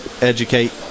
educate